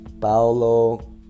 Paulo